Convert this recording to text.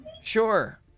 Sure